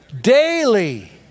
Daily